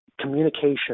communication